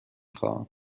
خواهم